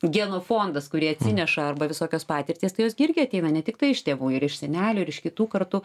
genofondas kurį atsineša arba visokios patirtys tai jos gi irgi ateina ne tiktai iš tėvų ir iš senelių ir iš kitų kartų